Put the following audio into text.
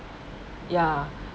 ya